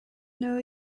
know